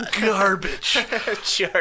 garbage